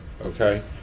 okay